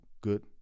good